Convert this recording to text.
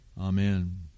Amen